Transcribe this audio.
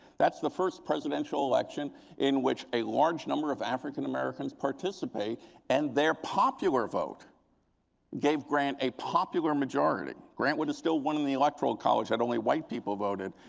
that's the first presidential election in which a large number of african americans participate and their popular vote gave grant a popular majority. grant would have still won in the electoral college had only white people voted,